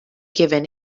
given